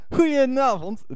Goedenavond